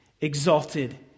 exalted